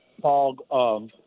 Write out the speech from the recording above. Paul